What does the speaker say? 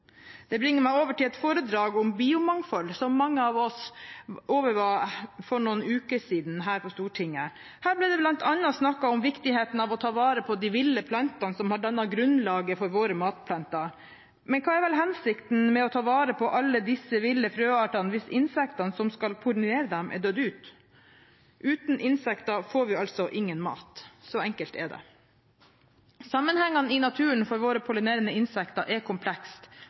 Det bringer meg over til et foredrag om biomangfold, som mange av oss for noen uker siden overvar her på Stortinget. Her ble det bl.a. snakket om viktigheten av å ta vare på de ville plantene som har dannet grunnlaget for våre matplanter. Men hva er vel hensikten med å ta vare på alle disse ville frøartene hvis insektene som skal pollinere dem, er dødd ut? Uten insekter får vi altså ingen mat. Så enkelt er det. Sammenhengene i naturen for våre pollinerende insekter er